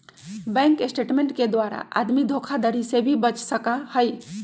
bank statement के द्वारा आदमी धोखाधडी से भी बच सका हई